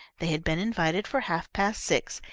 they had been invited for half-past six,